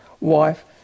wife